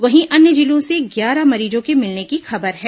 वहीं अन्य जिलों से ग्यारह मरीजों के मिलने की खबर है